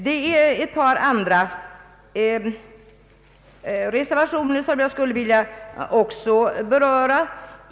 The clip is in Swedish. Det finns ytterligare ett par reservationer som jag skulle vilja beröra.